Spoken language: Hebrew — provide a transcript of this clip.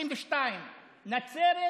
22%; נצרת,